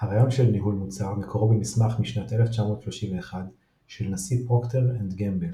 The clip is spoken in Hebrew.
הרעיון של ניהול מוצר מקורו במסמך משנת 1931 של נשיא פרוקטר אנד גמבל,